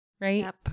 Right